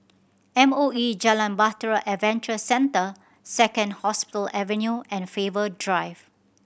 M O E Jalan Bahtera Adventure Centre Second Hospital Avenue and Faber Drive